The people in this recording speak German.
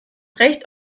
recht